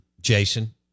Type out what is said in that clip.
Jason